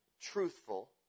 truthful